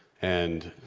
and,